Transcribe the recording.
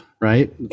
right